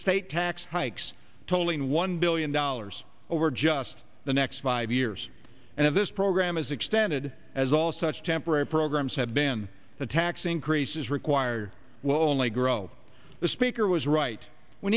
state tax hikes totaling one billion dollars over just the next five years and if this program is extended as all such temporary programs have been the tax increases require will only grow the speaker was right we